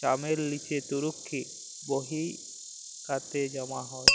চামের লিচে তরুখির বাহিকাতে জ্যমা হ্যয়